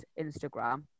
Instagram